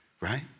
right